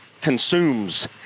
consumes